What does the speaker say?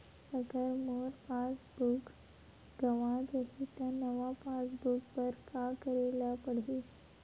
अगर मोर passbook गवां जाहि त नवा पास बुक बर का करे ल पड़हि?